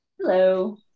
Hello